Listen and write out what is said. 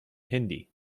hindi